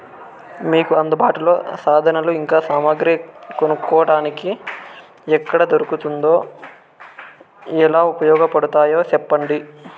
మీకు అందుబాటులో సాధనాలు ఇంకా సామగ్రి కొనుక్కోటానికి ఎక్కడ దొరుకుతుందో ఎలా ఉపయోగపడుతాయో సెప్పండి?